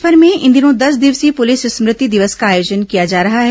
प्रदेशभर में इन दिनों दस दिवसीय पुलिस स्मृति दिवस का आयोजन किया जा रहा है